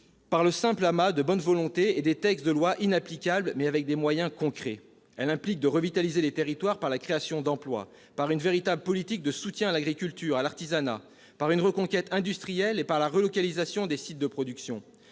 par le simple amas de bonnes volontés et par des textes de loi inapplicables, mais avec des moyens concrets. Elle implique de revitaliser les territoires par la création d'emplois ; par une véritable politique de soutien à l'agriculture, à l'artisanat, par une reconquête industrielle et par la relocalisation des sites de production.